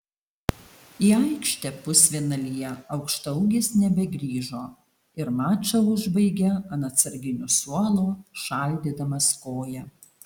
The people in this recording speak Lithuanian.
į aikštę pusfinalyje aukštaūgis nebegrįžo ir mačą užbaigė ant atsarginių suolo šaldydamas koją